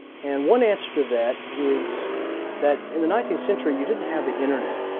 and one answer to that is that in the nineteenth century you didn't have the internet.